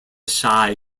shy